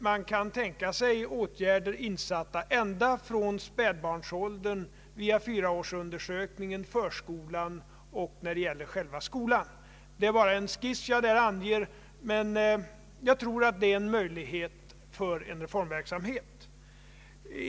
Man kan tänka sig åtgärder insatta ända från spädbarnsåldern, via 4-årsundersökningen, i förskolan och när det gäller själva skolan. Det är bara en skiss som jag här anger, men jag tror att det är en möjlig reform.